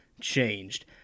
changed